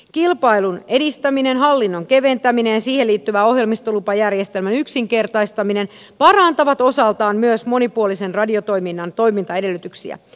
kilpailun edistäminen hallinnon keventäminen ja siihen liittyvä ohjelmistolupajärjestelmän yksinkertaistaminen parantavat osaltaan myös monipuolisen radiotoiminnan toimintaedellytyksiä